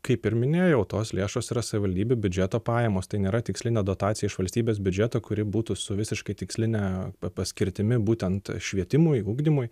kaip ir minėjau tos lėšos yra savivaldybių biudžeto pajamos tai nėra tikslinė dotacija iš valstybės biudžeto kuri būtų su visiškai tiksline paskirtimi būtent švietimui ugdymui